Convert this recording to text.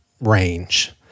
range